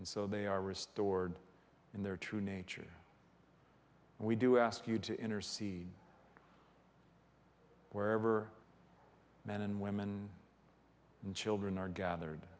and so they are restored in their true nature and we do ask you to intercede wherever men and women and children are gathered